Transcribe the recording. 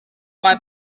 mae